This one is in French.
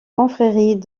confrérie